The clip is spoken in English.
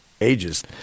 ages